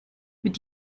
mit